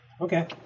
Okay